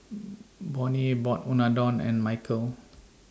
Bonnie bought Unadon and Mykel